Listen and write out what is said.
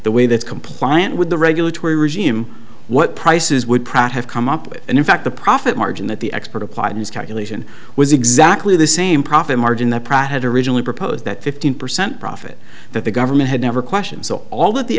the way that compliant with the regulatory regime what prices would pratt have come up with and in fact the profit margin that the expert applied his calculation was exactly the same profit margin that pratt had originally proposed that fifteen percent profit that the government had never questioned so all of the